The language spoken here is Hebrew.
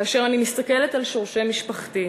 כאשר אני מסתכלת על שורשי משפחתי,